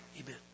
Amen